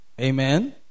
Amen